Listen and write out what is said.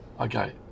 Okay